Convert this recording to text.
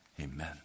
Amen